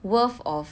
worth of